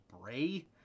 Bray